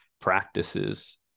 practices